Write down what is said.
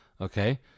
Okay